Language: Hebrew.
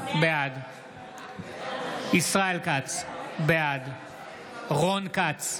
בעד ישראל כץ, בעד רון כץ,